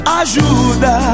ajuda